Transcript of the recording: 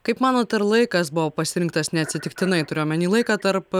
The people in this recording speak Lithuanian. kaip manot ar laikas buvo pasirinktas neatsitiktinai turiu omeny laiką tarp